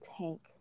tank